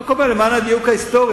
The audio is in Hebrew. אני רק אומר, למען הדיוק ההיסטורי.